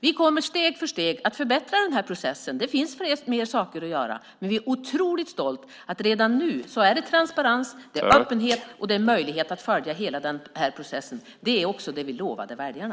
Vi kommer steg för steg att förbättra den här processen. Det finns mer saker att göra. Men vi är otroligt stolta för att det redan nu är transparens. Det är öppenhet. Det finns en möjlighet att följa hela den här processen. Det är också vad vi lovade väljarna.